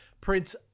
Prince